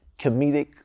comedic